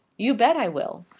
you bet i will!